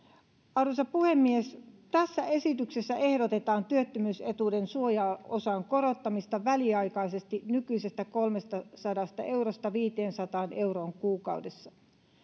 arvoisa puhemies tässä esityksessä ehdotetaan työttömyysetuuden suojaosan korottamista väliaikaisesti nykyisestä kolmestasadasta eurosta viiteensataan euroon kuukaudessa